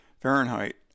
Fahrenheit